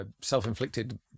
self-inflicted